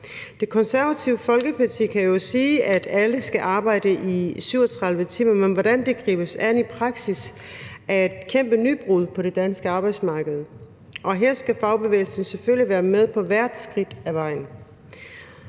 Det Konservative Folkeparti kan jo sige, at alle skal arbejde i 37 timer, men hvordan det gribes an i praksis er et kæmpe nybrud på det danske arbejdsmarked, og her skal fagbevægelsen selvfølgelig være med hvert skridt på vejen.